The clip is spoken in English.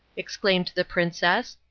exclaimed the princess,